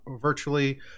virtually